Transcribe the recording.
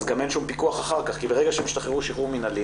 אז גם אין שום פיקוח אחר כך כי ברגע שהם ישתחררו שחרור מינהלי,